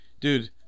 dude